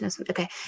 Okay